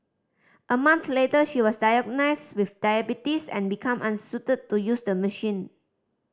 a month later she was diagnosed with diabetes and become unsuited to use the machine